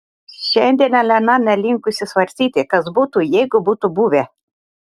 šiandien elena nelinkusi svarstyti kas būtų jeigu būtų buvę